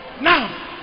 Now